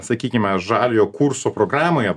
sakykime žaliojo kurso programoje